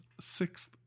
sixth